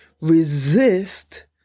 resist